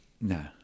no